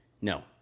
no